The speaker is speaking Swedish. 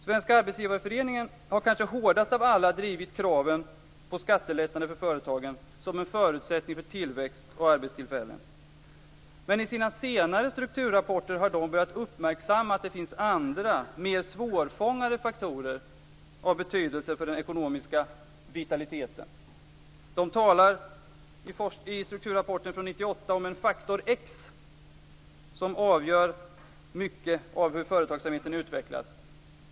Svenska Arbetsgivareföreningen har kanske hårdast av alla drivit kraven på skattelättnader för företagen som en förutsättning för tillväxt och arbetstillfällen. Men i sina senare strukturrapporter har SAF börjat uppmärksamma att det finns andra, mer svårfångade, faktorer av betydelse för den ekonomiska vitaliteten. Man talar i strukturrapporten från 1998 om "en faktor x", som avgör mycket av hur företagsamheten utvecklas.